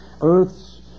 Earth's